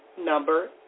number